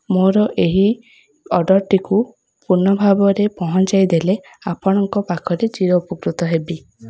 ମୋର ଏହି ଅର୍ଡ଼ର୍ଟିକୁ ପୂର୍ଣ୍ଣ ଭାବରେ ପହଞ୍ଚାଇଦେଲେ ଆପଣଙ୍କ ପାଖରେ ଚିର ଉପକୃତ ହେବି